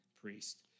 priest